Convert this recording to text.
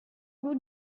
would